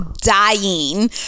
dying